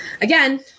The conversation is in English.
Again